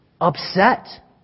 upset